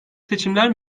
seçimler